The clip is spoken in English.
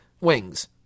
wings